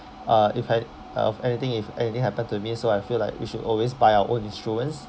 uh if I uh anything if anything happen to me so I feel like you should always buy our own insurance